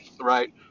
Right